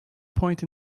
point